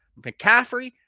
McCaffrey